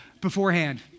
beforehand